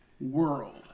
World